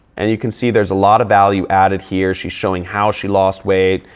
and you can see there's a lot of value added here. she's showing how she lost weight.